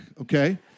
okay